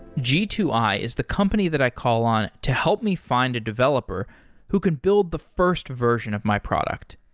g two i is the company that i call on to help me find a developer who can build the first version of my product.